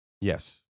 Yes